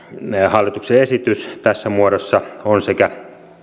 hallituksen esitys tässä muodossa on sekä